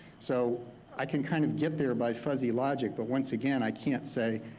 so i can kind of get there by fuzzy logic, but once again i can't say,